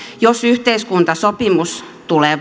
jos yhteiskuntasopimus tulee